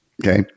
Okay